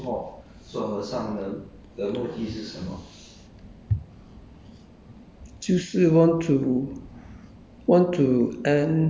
就是 want to do